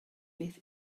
beth